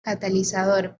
catalizador